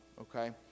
okay